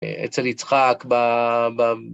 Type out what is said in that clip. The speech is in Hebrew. אצל יצחק, ב ב ב..